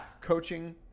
coaching